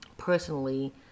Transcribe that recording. personally